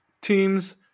teams